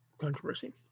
controversy